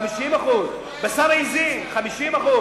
50%. בשר עזים, 50%,